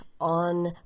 on